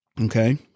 Okay